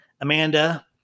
Amanda